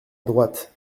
droite